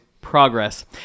progress